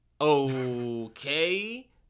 okay